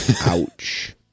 Ouch